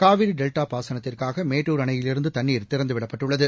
காவிரிடெல்டாபாசனத்தக்காகமேட்டுர் அணையிலிருந்துதண்ணீர் திறந்துவிடப்பட்டுள்ளது